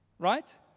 right